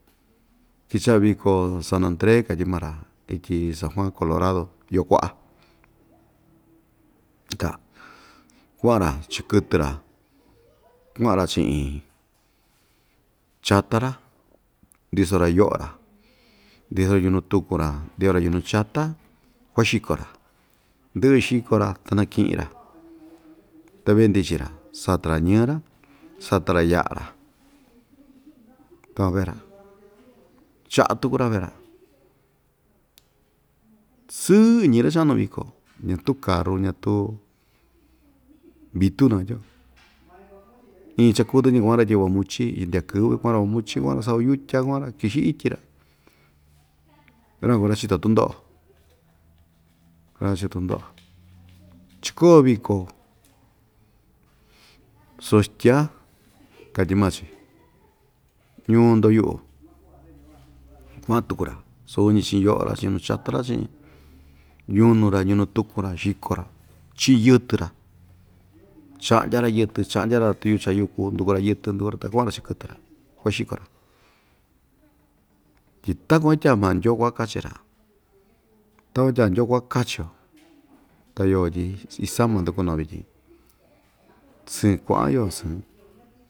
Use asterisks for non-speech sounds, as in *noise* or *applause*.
kicha'a viko san andre katyi maa‑ra ityi san juan colorado yo'o kua'a ta kua'an‑ra chi'in kɨtɨ‑ra kua'an‑ra chi'in chata‑ra ndiso‑ra yo'o‑ra ndiso‑ra yunu tuku‑ra ndiso‑ra yunu chatá kuaxiko‑ra ndɨ'ɨ xiko‑ra ta naki'in‑ra ta vendichi‑ra sata‑ra ñɨɨ‑ra sata‑ra ya'a‑ra takuan vee‑ra cha'á tuku‑ra vee‑ra sɨɨ iñi ra‑chanu viko ñatu karu ñatu vitu nakatyio iin chakuɨtɨ‑ñi kua'an‑ra ityi huamuchi ityi *unintelligible* kua'an‑ra huamuchi kua'an‑ra sava yutya kua'an‑ra kixi ityi‑ra ra‑van kuu ra‑chito tundo'o ra‑chito tundo'o chikoo viko so stya katyi maa‑chi ñuu ndoyu'u kua'an tuku‑ra suu‑ñi chi'in yo'o‑ra chi'in yunu chata‑ra chi'in ñunu‑ra ñunu tuku‑ra xiko‑ra chi'in yɨtɨ‑ra cha'ndya‑ra yɨtɨ cha'ndya‑ra tuyuchan yuku nduku‑ra yɨtɨ nduku‑ra ta kua'an‑ra chi'in kɨtɨ‑ra kuaxiko‑ra tyi takuan ityaa ma ndyoo ku'a kachi‑ra takuan tya ndyoo ku'a kachi‑yo ta yoo tyi isama ndukunu‑yo vityin sɨɨn kua'an yoo sɨɨn.